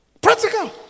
Practical